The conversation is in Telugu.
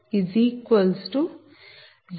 14 0